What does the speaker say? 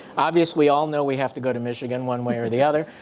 obviously, we all know we have to go to michigan one way or the other.